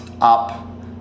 up